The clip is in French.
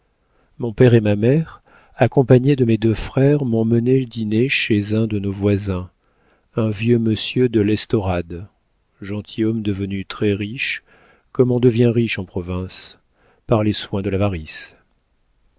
mon père et ma mère accompagnés de mes deux frères m'ont menée dîner chez un de mes voisins un vieux monsieur de l'estorade gentilhomme devenu très riche comme on devient riche en province par les soins de l'avarice